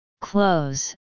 close